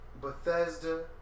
Bethesda